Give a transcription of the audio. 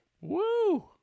Woo